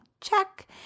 Check